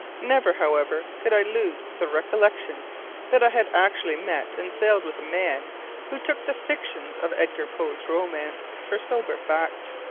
never, however, could i lose the recollection that i had actually met and sailed with a man who took the fictions of edgar poe's romance for sober fact.